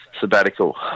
sabbatical